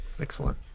Excellent